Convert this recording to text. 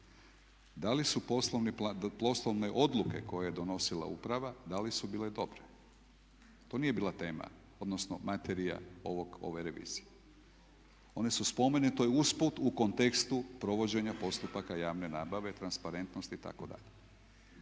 da li su poslovne odluke koje je donosila uprava da li su bile dobre. To nije bila tema, odnosno materija ove revizije. One su spomenute usput u kontekstu provođenja postupaka javne nabave, transparentnosti itd..